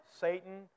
Satan